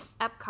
epcot